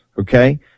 Okay